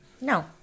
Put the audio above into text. no